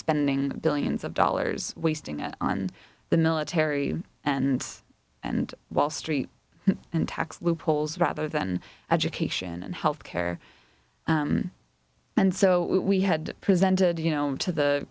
spending billions of dollars wasting it on the military and and wall street and tax loopholes rather than education and health care and so we had presented you know to the